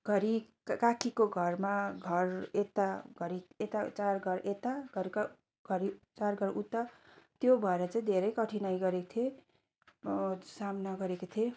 घरि काखीको घरमा घर यता घरि यता चार घर यता घरिको घरि चार घर उता त्यो भएर चाहिँ धेरै कठिनाई गरेको थिएँ सामना गरेको थिएँ